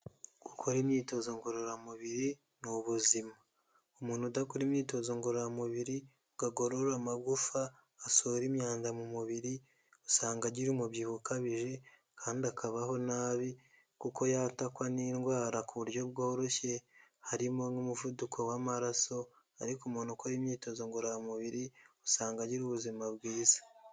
Gukora imyitozo ngororamubiri ni ubuzima. Umuntu udakora imyitozo ngororamubiri, ngo agorore amagufa, asohora imyanda mu mubiri, usanga agira umubyibuho ukabije, kandi akabaho nabi, kuko yatakwa n'indwara ku buryo bworoshye, harimo nk'umuvuduko w'amaraso, ariko umuntu ukora imyitozo ngororamubiri, usanga agira ubuzima bwiza.